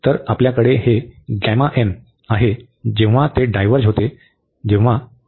तर आपल्याकडे हे आहे जेव्हा ते डायव्हर्ज होते जेव्हा n≤0 असतो